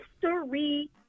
history